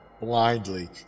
blindly